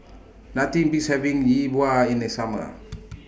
Nothing Beats having Yi Bua in The Summer